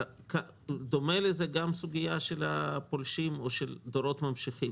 דומה לזה גם סוגיה של פולשים או של דורות ממשיכים,